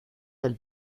del